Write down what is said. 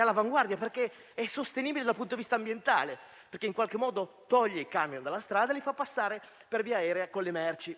all'avanguardia perché è sostenibile dal punto di vista ambientale, perché in qualche modo toglie il camion dalla strada e li fa passare per via aerea con le merci.